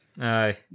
Aye